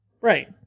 Right